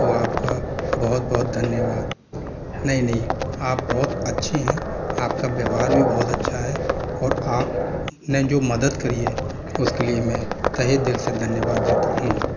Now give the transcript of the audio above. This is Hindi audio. तो आपका बहुत बहुत धन्यवाद नहीं नहीं आप बहुत अच्छे है आपका व्यवहार भी बहुत अच्छा है और आपने जो मदद करी है उसके लिए मैं तहे दिल से धन्यवाद देता हूँ